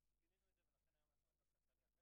אבל מה שאני רק